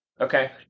Okay